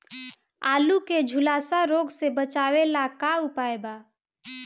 आलू के झुलसा रोग से बचाव ला का उपाय बा?